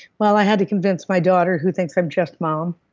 well, i had to convince my daughter, who thinks i'm just mom.